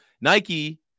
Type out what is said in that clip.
Nike